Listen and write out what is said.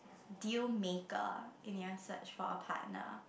deal maker ah in your search for a partner